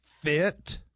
fit